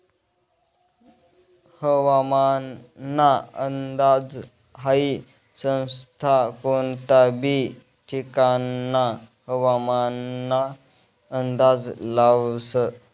हवामानना अंदाज हाई संस्था कोनता बी ठिकानना हवामानना अंदाज लावस